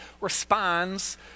responds